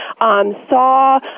saw